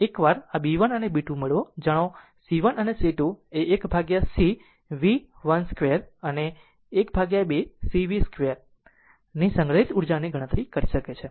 એકવાર આ b 1 અને b 2 મેળવો જાણો c 1 અને c 2 એ 12 c v 1 2 અને 12 cv 2 2 ની સંગ્રહિત ઉર્જાની ગણતરી કરી શકે છે